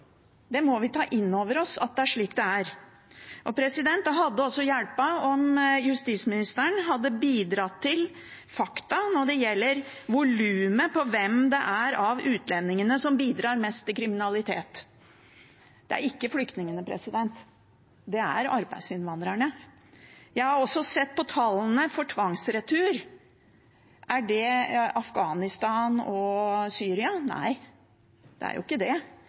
må ta inn over oss at det er slik det er. Det hadde også hjulpet om justisministeren hadde bidratt til fakta når det gjelder volumet på hvem av utlendingene som bidrar mest til kriminalitet. Det er ikke flyktningene, det er arbeidsinnvandrerne. Jeg har også sett på tallene for tvangsreturer. Er det flest fra Afghanistan og Syria? Nei, det er ikke det.